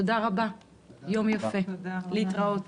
תודה רבה, יום יפה, להתראות.